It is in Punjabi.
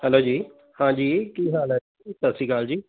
ਹੈਲੋ ਜੀ ਹਾਂਜੀ ਕੀ ਹਾਲ ਆ ਸਤਿ ਸ਼੍ਰੀ ਅਕਾਲ ਜੀ